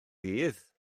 ddydd